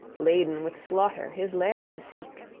laden with slaughter, his lair to seek.